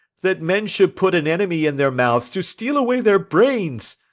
that men should put an enemy in their mouths to steal away their brains!